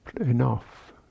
enough